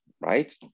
right